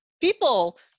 people